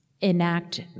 enact